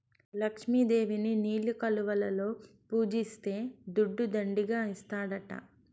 లక్ష్మి దేవిని నీలి కలువలలో పూజిస్తే దుడ్డు దండిగా ఇస్తాడట